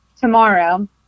tomorrow